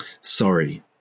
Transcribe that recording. Sorry